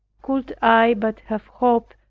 could i but have hoped,